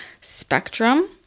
spectrum